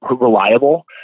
reliable